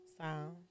sound